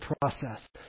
process